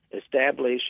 establish